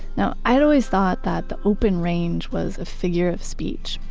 now i had always thought that the open range was a figure of speech.